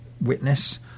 witness